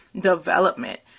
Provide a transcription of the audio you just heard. development